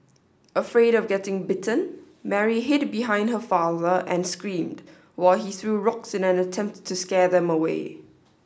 afraid of getting bitten Mary hid behind her father and screamed while he threw rocks in an attempt to scare them away